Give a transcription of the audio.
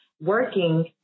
working